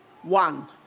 One